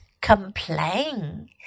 complain